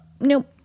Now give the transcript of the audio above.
Nope